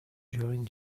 during